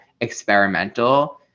experimental